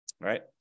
right